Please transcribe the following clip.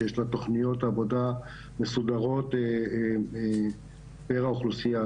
שיש לה תוכניות עבודה מסודרות פיר האוכלוסייה,